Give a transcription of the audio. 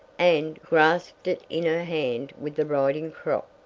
and grasped it in her hand with the riding crop.